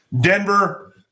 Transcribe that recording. Denver